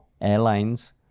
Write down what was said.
airlines